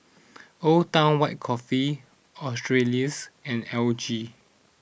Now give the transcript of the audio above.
Old Town White Coffee Australis and L G